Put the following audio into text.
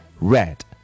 red